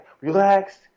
relax